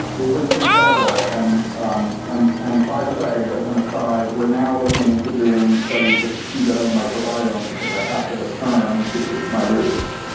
it was incredible. and um and and by the way, as an aside, we're now looking into doing studies of the cheetah microbiome because i have to return to my roots.